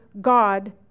God